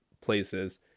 places